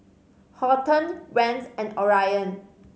Horton Rance and Orion